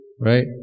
right